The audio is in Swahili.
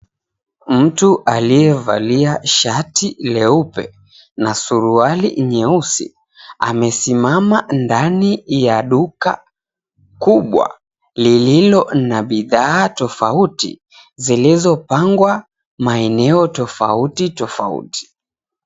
Mtu aliyevalia shati leupe na suruali nyeusi amesimama ndani ya duka kubwa lililo na bidhaa tofauti zilizopangwa maeneo tofauti tofauti.